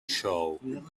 show